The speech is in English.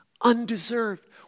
undeserved